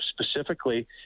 specifically